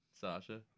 Sasha